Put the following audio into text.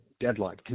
deadline